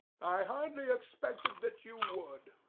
i hardly expected that you would.